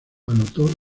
anotó